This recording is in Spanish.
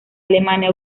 alemania